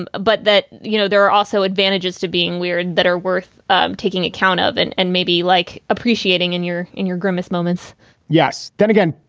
and but that, you know, there are also advantages to being weird that are worth um taking account of. and and maybe like appreciating in your in your grimmest moments yes. then again,